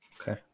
Okay